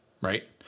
right